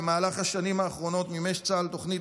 במהלך השנים האחרונות מימש צה"ל תוכנית